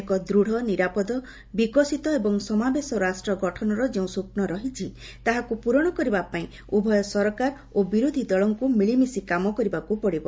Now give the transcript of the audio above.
ଏକ ଦୂଢ଼ ନିରାପଦ ବିକଶିତ ଏବଂ ସମାବେଶ ରାଷ୍ଟ୍ର ଗଠନ ଯେଉଁ ସ୍ୱପ୍ନ ରହିଛି ତାହାକୁ ପ୍ରରଣ କରିବା ପାଇଁ ଉଭୟ ସରକାର ଓ ବିରୋଧୀ ଦଳଙ୍କୁ ମିଳିମିଶି କାମ କରିବାକୁ ପଡ଼ିବ